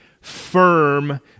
firm